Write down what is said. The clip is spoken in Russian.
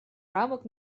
рамок